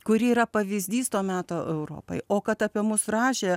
kuri yra pavyzdys to meto europai o kad apie mus rašė